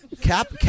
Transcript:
Cap